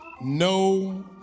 No